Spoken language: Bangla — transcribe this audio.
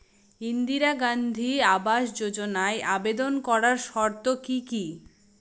ইন্দিরা গান্ধী আবাস যোজনায় আবেদন করার শর্ত কি কি?